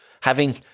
having-